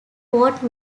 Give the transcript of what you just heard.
port